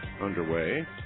underway